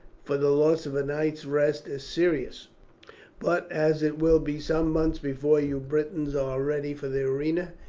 for the loss of a night's rest is serious but as it will be some months before you britons are ready for the arena,